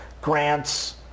grants